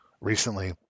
recently